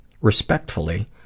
Respectfully